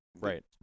Right